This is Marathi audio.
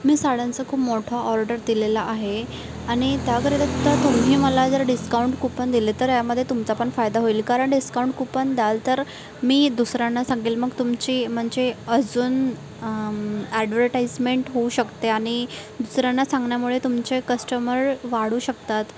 मी साड्यांचं खूप मोठा ऑर्डर दिलेला आहे आणि त्याबरोबर तुम्ही मला जर डिस्काउंट कुपन दिले तर यामध्ये तुमचा पण फायदा होईल कारण डिस्काउंट कुपन द्याल तर मी दुसऱ्यांना सांगेल मग तुमची म्हणजे अजून ॲडवर्टाइजमेंट होऊ शकते आणि दुसऱ्यांना सांगण्यामुळे तुमचे कस्टमर वाढू शकतात